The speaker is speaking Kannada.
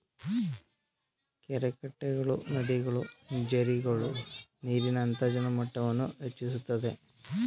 ಕೆರೆಕಟ್ಟೆಗಳು, ನದಿಗಳು, ಜೆರ್ರಿಗಳು ನೀರಿನ ಅಂತರ್ಜಲ ಮಟ್ಟವನ್ನು ಹೆಚ್ಚಿಸುತ್ತದೆ